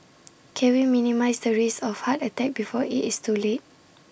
can we minimise the risk of heart attack before IT is too late